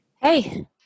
Hey